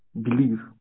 Believe